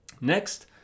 Next